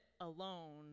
alone